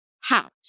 hat